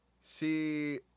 see